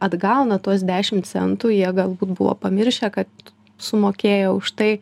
atgauna tuos dešimt centų jie galbūt buvo pamiršę kad sumokėjo už tai